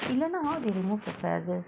if not how they remove the feathers